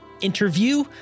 interview